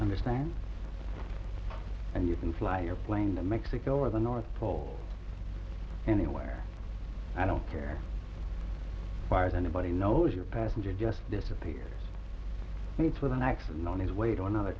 understand and you can fly your plane the mexico or the north pole anywhere i don't care fires anybody knows your passenger just disappears meets with an accident on his way to another